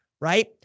right